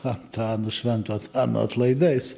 antano švento antano atlaidais